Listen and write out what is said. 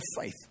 faith